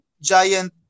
giant